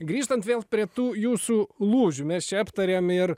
grįžtant vėl prie tų jūsų lūžių mes čia aptarėm ir